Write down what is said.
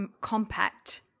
compact